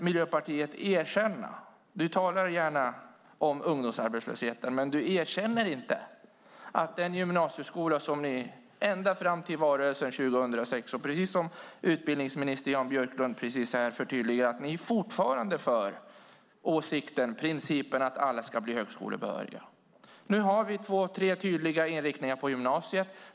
Miljöpartiet talar gärna om ungdomsarbetslösheten, men ni erkänner inte att den gymnasieskola som ni förespråkade ända fram till valrörelsen 2006, och precis som utbildningsminister Jan Björklund här förtydligar är ni fortfarande för principen att alla ska bli högskolebehöriga. Nu har vi två tre tydliga inriktningar på gymnasiet.